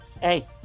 hey